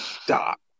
stop